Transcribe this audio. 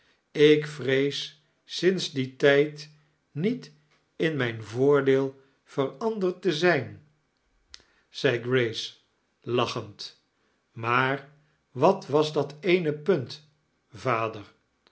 ik vreeis sdnds dien tijd niet in mijn voordeel veranderd te zijn zei grace lachend maar wat was dat eene punt vader